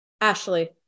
Ashley